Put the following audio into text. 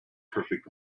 perfect